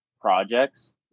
projects